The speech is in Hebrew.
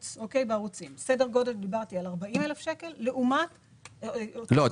בערוצים דיברתי על סדר גודל של 40,000 שקל לעומת -- לא,